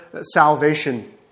salvation